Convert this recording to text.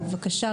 בבקשה,